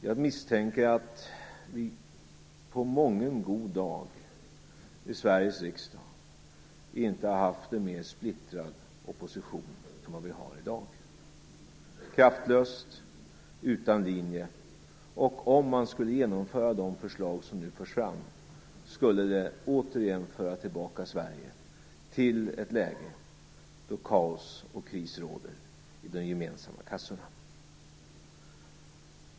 Jag misstänker att vi inte på mången god dag i Sveriges riksdag har haft en mer splittrad opposition än vad vi har i dag - kraftlös och utan linje. Om man skulle genomföra de förslag som nu förs fram, skulle det återigen föra tillbaka Sverige till ett läge där kaos och kris skulle råda i de gemensamma kassorna.